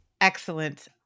Excellent